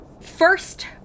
first